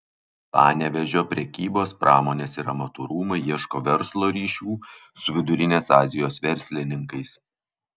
panevėžio prekybos pramonės ir amatų rūmai ieško verslo ryšių su vidurinės azijos verslininkais